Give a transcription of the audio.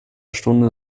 stunde